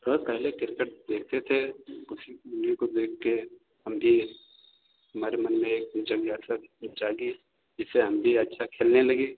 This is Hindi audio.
सर पहले किर्केट देखते थे कुछ उन्हीं को देखकर हम भी हमारे मन में एक रुचि जागृत जागी जिससे हम भी अच्छा खेलने लगे